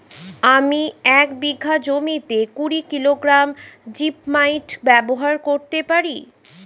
আমি এক বিঘা জমিতে কুড়ি কিলোগ্রাম জিপমাইট ব্যবহার করতে পারি?